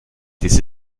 diese